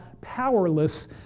powerless